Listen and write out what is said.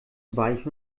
weich